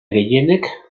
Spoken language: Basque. gehienek